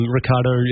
Ricardo